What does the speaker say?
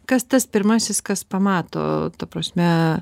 kas tas pirmasis kas pamato ta prasme